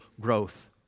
growth